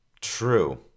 True